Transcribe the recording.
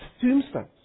tombstones